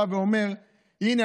בא ואומר: הינה,